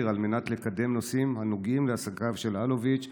על מנת לקדם נושאים הנוגעים לעסקיו של אלוביץ'